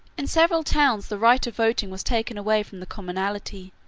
in several towns the right of voting was taken away from the commonalty,